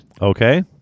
Okay